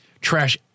trash